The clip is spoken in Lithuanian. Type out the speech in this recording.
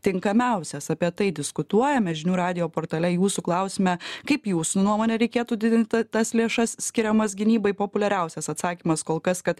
tinkamiausias apie tai diskutuojame žinių radijo portale jūsų klausime kaip jūsų nuomone reikėtų didint ta tas lėšas skiriamas gynybai populiariausias atsakymas kol kas kad